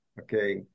okay